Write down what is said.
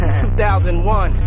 2001